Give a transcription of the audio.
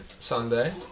Sunday